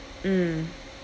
mm